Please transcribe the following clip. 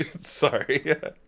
sorry